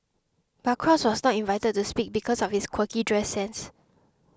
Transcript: but cross was not invited to speak because of his quirky dress sense